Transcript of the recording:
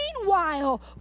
meanwhile